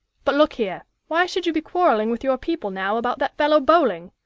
but look here why should you be quarrelling with your people now about that fellow bowling?